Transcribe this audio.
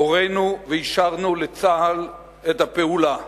הורינו ואישרנו לצה"ל את הפעולה.